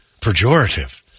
pejorative